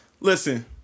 Listen